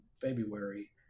February